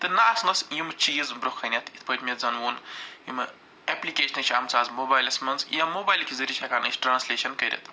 تہٕ نہَ آسنَس یِم چیٖز برٛونٛہہ کَنٮ۪تھ یِتھٕ پٲٹھۍ مےٚ زن ووٚن یِمہٕ ایپلِکیشنہٕ چھِ آمژٕ اَز موبایلس منٛز یا موبایلہِ کہِ ذٔریعہِ چھِ ہٮ۪کان أسۍ ٹرٛانسلیٚشن کٔرِتھ